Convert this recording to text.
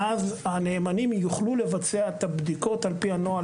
ואז הנאמנים יוכלו לבצע את הבדיקות על פי הנוהל